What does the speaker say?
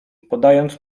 podając